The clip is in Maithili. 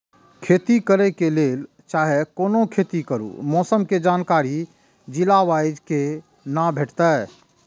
खेती करे के लेल चाहै कोनो खेती करू मौसम के जानकारी जिला वाईज के ना भेटेत?